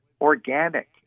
organic